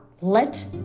let